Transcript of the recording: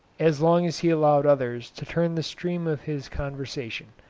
as long as he allowed others to turn the stream of his conversation,